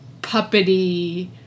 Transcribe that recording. puppety